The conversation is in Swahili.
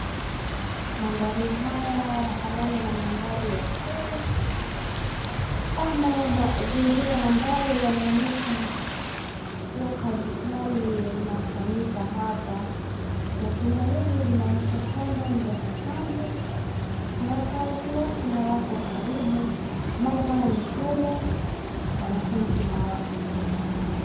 Mandhari haya yanafanana na mandhari ya shule, ama mazingira ambayo yanaonyesha kuwa kazi fulani inafanyika hapa. Na jumba hili linaonyesha kwamba ni la kitambo, na wakaazi wake hawako karibu, kwa maana kama ni shule wanafunzi hawako.